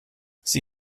sie